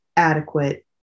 adequate